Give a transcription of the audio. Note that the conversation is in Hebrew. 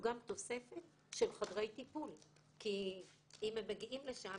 תוספת של חדרי טיפול כי אם הם מגיעים לשם,